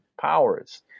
powers